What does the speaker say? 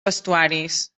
vestuaris